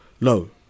no